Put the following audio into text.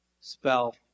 Spell